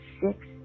six